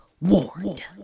warned